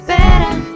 Better